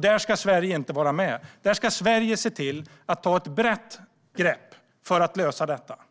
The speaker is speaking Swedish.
Där ska Sverige inte vara med, utan Sverige ska se till att ta ett brett grepp för att lösa detta. Vi